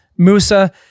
Musa